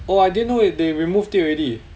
oh I didn't know it they removed it already